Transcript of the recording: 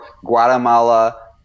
Guatemala